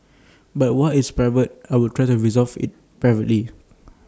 but what is private I will try to resolve privately